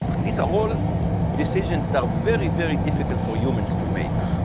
and these are all decisions that are very, very difficult for humans to make,